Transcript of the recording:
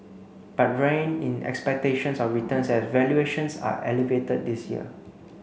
but rein in expectations of returns as valuations are elevated this year